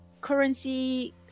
currency